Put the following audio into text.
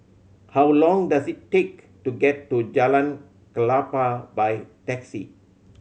how long does it take to get to Jalan Klapa by taxi